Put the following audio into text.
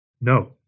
No